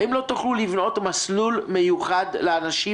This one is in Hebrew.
האם לא תוכלו לבנות מסלול מיוחד לאנשים